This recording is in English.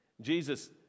Jesus